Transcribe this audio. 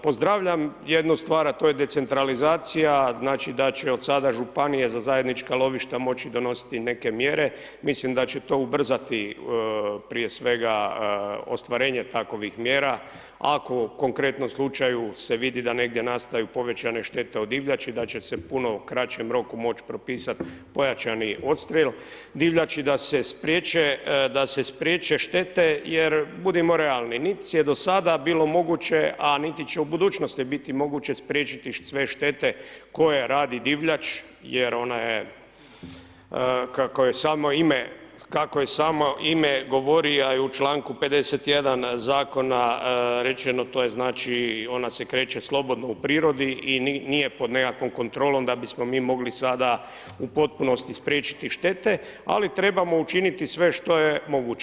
Pozdravljam jednu stvar, a to je decentralizacija znači da će od sada županije za zajednička lovišta moći donositi neke mjere mislim da će to ubrzati prije svega ostvarenje takovih mjera ako u konkretnom slučaju se vidi da negdje nastaju povećane štete od divljači da će se puno u kraćem roku moć propisat pojačani odstrel divljači da se spriječe štete, jer budimo realni nit je do sada bilo moguće, a niti će u budućnosti biti moguće spriječiti sve štete koje radi divljač, jer ona je kako joj samo ime, kako joj samo ime govori a i u članku 51. zakona rečeno to je znači ona se kreće slobodno u prirodi i nije pod nekakvom kontrolom da bismo mi mogli sada u potpunosti spriječiti štete, ali trebamo učiniti sve što je moguće.